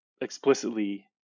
explicitly